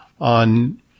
on